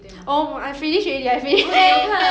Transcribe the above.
!wah! eh I also considering eh